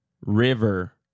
River